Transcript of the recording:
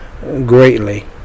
greatly